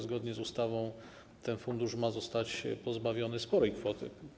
Zgodnie z ustawą fundusz ma zostać pozbawiony sporej kwoty.